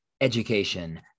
education